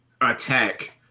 attack